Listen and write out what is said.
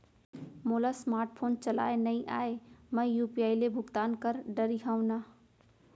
मोला smart phone चलाए नई आए मैं यू.पी.आई ले भुगतान कर डरिहंव न?